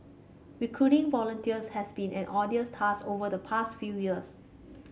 recruiting volunteers has been an arduous task over the past few years